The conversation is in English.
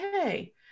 okay